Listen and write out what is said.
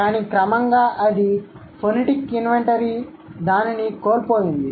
కానీ క్రమంగా అది ఫొనెటిక్ ఇన్వెంటరీ దానిని కోల్పోయింది